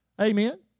Amen